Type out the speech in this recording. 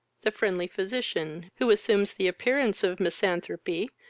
the friendly physician, who assumes the appearance of misanthropy,